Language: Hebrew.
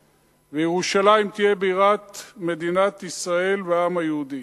וירושלים תהיה בירת מדינת ישראל והעם היהודי.